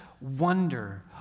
wonder